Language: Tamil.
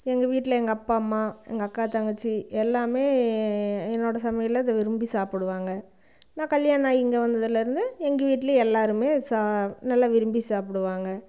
எங்கள் வீட்டில் எங்கள் அப்பா அம்மா எங்கள் அக்கா தங்கச்சி எல்லாமே என்னோட சமையலில் அதை விரும்பி சாப்பிடுவாங்க நான் கல்யாணாயி இங்கே வந்ததுல இருந்து எங்கள் வீட்டில் எல்லாருமே அது சா நல்ல விரும்பி சாப்பிடுவாங்க